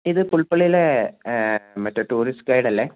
ഇത് പുൽപ്പള്ളിയിലെ മറ്റേ ടൂറിസ്റ്റ് ഗൈഡ് അല്ലെ